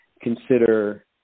consider